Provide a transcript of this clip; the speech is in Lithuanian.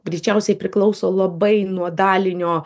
greičiausiai priklauso labai nuo dalinio